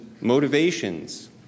motivations